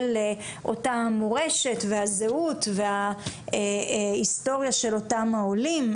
של אותה מורשת והזהות וההיסטוריה של אותם העולים,